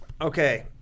Okay